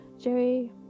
Jerry